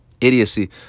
idiocy